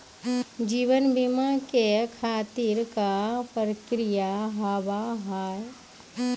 जीवन बीमा के खातिर का का प्रक्रिया हाव हाय?